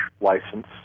license